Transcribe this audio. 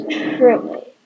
truly